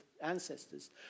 ancestors